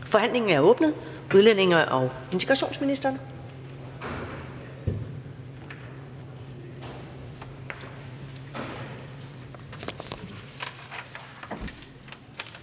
Forhandlingen er åbnet. Udlændinge- og integrationsministeren.